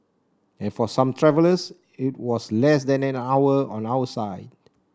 and for some travellers it was less than an hour on our side